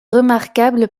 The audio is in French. remarquable